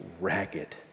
ragged